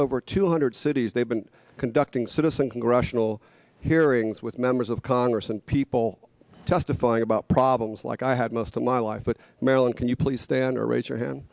over two hundred cities they've been conducting citizen congressional hearings with members of congress and people testifying about problems like i had missed a lot of life but marilyn can you please stand or raise your hand